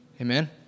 Amen